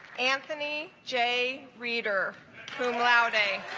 anthony j reader boom laude